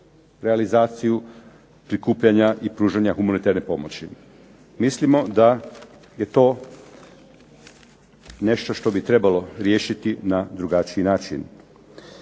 realizaciju prikupljanja i pružanja humanitarne pomoći. Mislimo da je to nešto što bi trebalo riješiti na drugačiji način.